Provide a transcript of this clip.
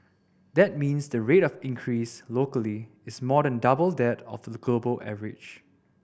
that means the rate of increase locally is more than double that of the global average